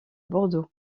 bordeaux